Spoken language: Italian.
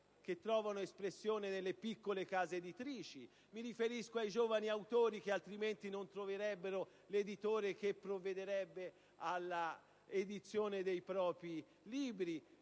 che trovano espressione nelle piccole case editrici, ai giovani autori che altrimenti non troverebbero un editore che provveda alla edizione dei propri libri,